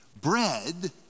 bread